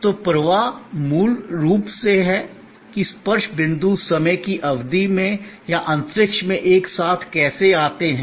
तो प्रवाह मूल रूप से है कि स्पर्श बिंदु समय की अवधि में या अंतरिक्ष में एक साथ कैसे आते हैं